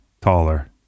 taller